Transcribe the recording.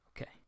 Okay